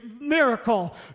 miracle